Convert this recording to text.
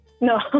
No